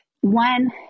One